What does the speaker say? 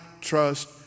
trust